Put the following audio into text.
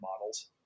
models